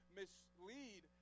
mislead